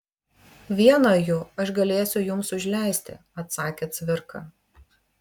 vieną jų aš galėsiu jums užleisti atsakė cvirka